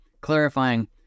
clarifying